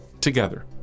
together